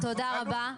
תודה רבה.